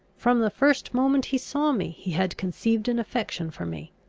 from the first moment he saw me, he had conceived an affection for me.